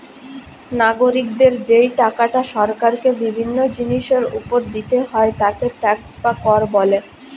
নাগরিকদের যেই টাকাটা সরকারকে বিভিন্ন জিনিসের উপর দিতে হয় তাকে ট্যাক্স বা কর বলে